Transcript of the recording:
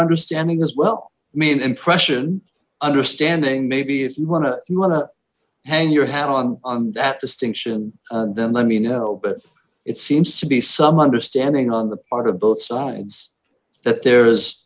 understanding as well me an impression understanding maybe if you want to hang your hat on that distinction then let me know but it seems to be some understanding on the part of both sides that there is